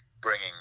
bringing